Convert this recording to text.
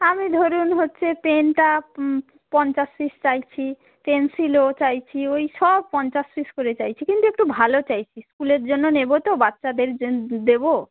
আমি ধরুন হচ্ছে পেনটা পঞ্চাশ পিস চাইছি পেন্সিলও চাইছি ওই সব পঞ্চাশ পিস করে চাইছি কিন্তু একটু ভালো চাইছি স্কুলের জন্য নেবো তো বাচ্চাদের জন্য দেবো